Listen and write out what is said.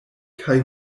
kaj